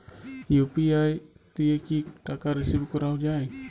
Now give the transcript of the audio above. UPI দিয়ে কি টাকা রিসিভ করাও য়ায়?